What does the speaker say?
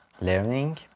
Learning